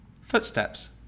Footsteps